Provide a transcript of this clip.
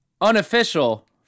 unofficial